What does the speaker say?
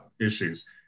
issues